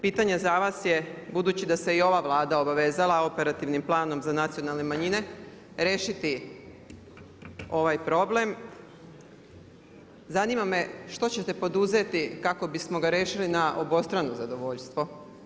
Pitanje za vas je budući da se i ova Vlada obvezala operativnim planom za nacionalne manjine rešiti ovaj problem zanima me što ćete poduzeti kako bismo ga rešili na obostrano zadovoljstvo.